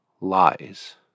lies